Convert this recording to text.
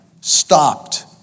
stopped